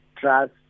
trust